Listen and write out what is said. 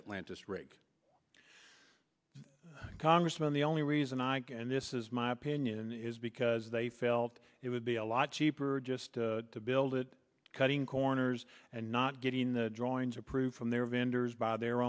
atlantis rig congressman the only reason i can and this is my opinion is because they felt it would be a lot cheaper just to build it cutting corners and not getting the drawings approved from their vendors by their